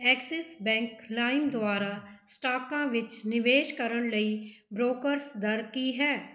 Axis Bank ਲਾਇਮ ਦੁਆਰਾ ਸਟਾਕਾਂ ਵਿੱਚ ਨਿਵੇਸ਼ ਕਰਨ ਲਈ ਬ੍ਰੋਕਰਸ ਦਰ ਕੀ ਹੈ